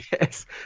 Yes